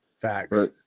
facts